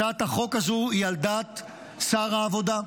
הצעת החוק הזו היא על דעת שר העבודה,